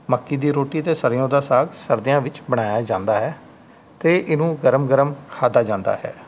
ਮੱਕੀ ਦੀ ਰੋਟੀ ਅਤੇ ਸਰ੍ਹੋਂ ਦਾ ਸਾਗ ਸਰਦੀਆਂ ਵਿੱਚ ਬਣਾਇਆ ਜਾਂਦਾ ਹੈ ਅਤੇ ਇਹਨੂੰ ਗਰਮ ਗਰਮ ਖਾਧਾ ਜਾਂਦਾ ਹੈ